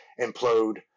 implode